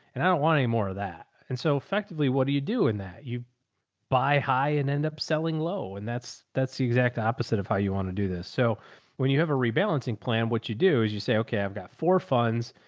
and i don't want any more of that. and so effectively, what do you do in that? you buy high and end up selling low, and that's that's the exact opposite of how you want to do this. so when you have a rebalancing plan, what you do is you say, okay, i've got four funds.